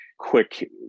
quick